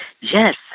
Yes